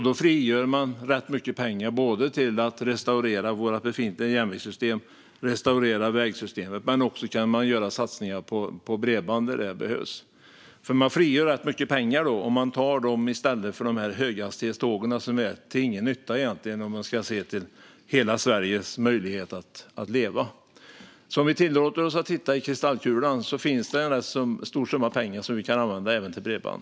Då frigör man rätt mycket pengar som kan användas till att restaurera vårt befintliga järnvägssystem och vägsystemet, men man kan också göra satsningar på bredband där det behövs. Man kan frigöra rätt mycket pengar om man tar detta i stället för de höghastighetståg som egentligen inte är till någon nytta, om man ska se till hela Sveriges möjlighet att leva. Om vi tillåter oss att titta i kristallkulan ser vi att det finns en rätt stor summa pengar som vi kan använda även till bredband.